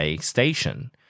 station